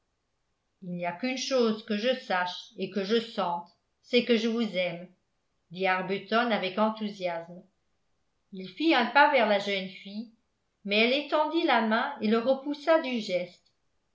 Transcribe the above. il n'y a qu'une chose que je sache et que je sente c'est que je vous aime dit arbuton avec enthousiasme il fit un pas vers la jeune fille mais elle étendit la main et le repoussa du geste